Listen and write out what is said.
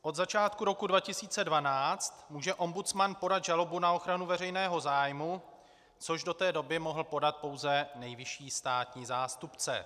Od začátku roku 2012 může ombudsman podat žalobu na ochranu veřejného zájmu, což do té doby mohl podat pouze nejvyšší státní zástupce.